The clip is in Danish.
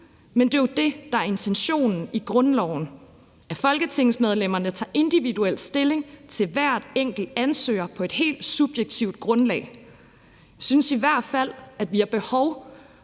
men det er jo det, der er intentionen i grundloven – at folketingsmedlemmerne tager individuel stilling til hver enkelt ansøger på et helt subjektivt grundlag. Jeg synes i hvert fald, at vi har behov